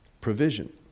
provision